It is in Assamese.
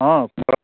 অঁ কওক